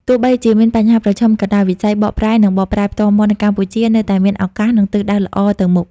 ទោះបីជាមានបញ្ហាប្រឈមក៏ដោយ វិស័យបកប្រែ និងបកប្រែផ្ទាល់មាត់នៅកម្ពុជានៅតែមានឱកាស និងទិសដៅល្អទៅមុខ។